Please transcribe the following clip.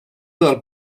del